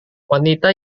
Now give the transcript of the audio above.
wanita